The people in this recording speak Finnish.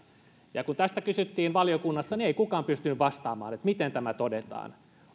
kun tästä kysyttiin valiokunnassa niin ei kukaan pystynyt vastaamaan miten tämä todetaan